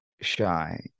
shy